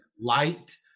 light